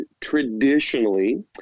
traditionally